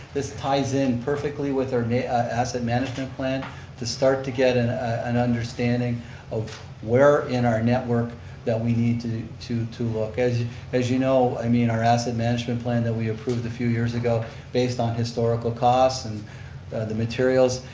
this ties in perfectly with our asset management plan to start to get an an understanding of where in our network that we need to to look. as you you know, i mean our asset management plan that we approved a few years ago based on historical costs and the materials,